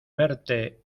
verte